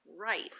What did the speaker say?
right